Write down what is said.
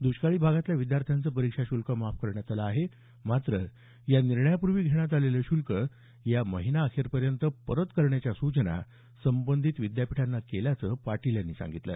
दुष्काळी भागातल्या विद्यार्थ्यांचे परीक्षा शुल्क माफ करण्यात आलं आहे मात्र या निर्णयापूर्वी घेण्यात आलेलं शुल्क या महिनाअखेरपर्यंत परत करण्याच्या सुचना संबंधित विद्यापीठांना केल्याचं पाटील यांनी सांगितलं